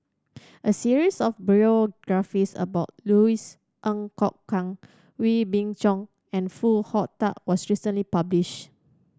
a series of biographies about Louis Ng Kok Kwang Wee Beng Chong and Foo Hong Tatt was recently published